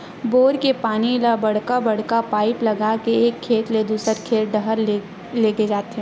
bore के पानी ल बड़का बड़का पाइप लगा के एक खेत ले दूसर खेत डहर लेगे जाथे